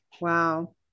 Wow